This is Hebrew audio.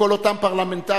וכל אותם פרלמנטרים,